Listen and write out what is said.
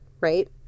Right